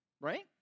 Right